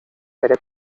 bere